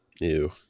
Ew